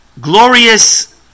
glorious